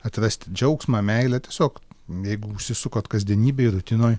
atrasti džiaugsmą meilę tiesiog jeigu užsisukot kasdienybėj ir rutinoj